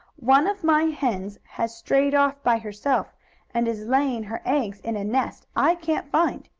one of my hens has strayed off by herself and is laying her eggs in a nest i can't find.